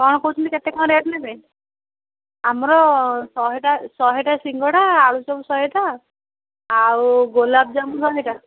କଣ କହୁଛନ୍ତି କେତେ କଣ ରେଟ୍ ନେବେ ଆମର ଶହେଟା ଶହେଟା ସିଙ୍ଗଡ଼ା ଆଳୁଚପ୍ ଶହେଟା ଆଉ ଗୋଲାପଜାମୁନ୍ ଶହେଟା